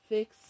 Fix